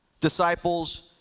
disciples